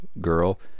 girl